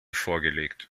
vorgelegt